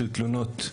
של תלונות,